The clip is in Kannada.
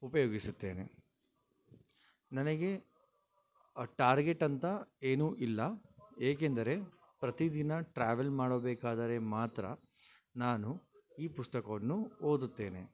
ಉಪಯೋಗಿಸುತ್ತೇನೆ ನನಗೆ ಟಾರ್ಗೆಟ್ ಅಂತ ಏನು ಇಲ್ಲ ಏಕೆಂದರೆ ಪ್ರತಿ ದಿನ ಟ್ರ್ಯಾವೆಲ್ ಮಾಡಬೇಕಾದರೆ ಮಾತ್ರ ನಾನು ಈ ಪುಸ್ತಕವನ್ನು ಓದುತ್ತೇನೆ